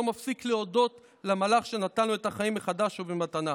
לא מפסיק להודות למלאך שנתן לו את החיים מחדש ובמתנה.